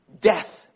Death